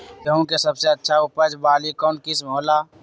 गेंहू के सबसे अच्छा उपज वाली कौन किस्म हो ला?